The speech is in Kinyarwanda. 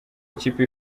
ikipe